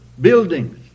buildings